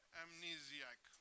amnesiac